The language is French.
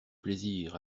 plaisir